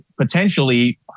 potentially